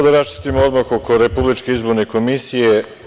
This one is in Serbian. Da raščistimo odmah oko Republičke izborne komisije.